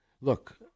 Look